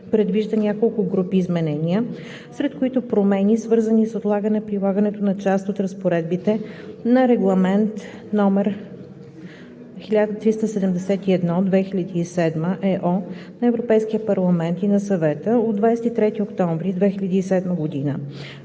предвижда няколко групи изменения, сред които промени, свързани с отлагане прилагането на част от разпоредбите на Регламент (ЕО) № 1371/2007 на Европейския парламент и на Съвета от 23 октомври 2007 г.